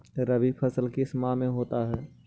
रवि फसल किस माह में होते हैं?